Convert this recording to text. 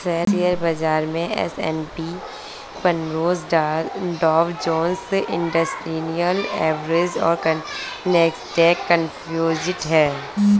share बाजार S and P पनसो Dow Jones industrial average और नैस्डैक कंपोजिट है